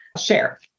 share